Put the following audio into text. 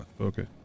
Okay